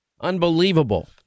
Unbelievable